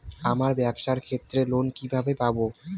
আমার ব্যবসার ক্ষেত্রে লোন কিভাবে পাব?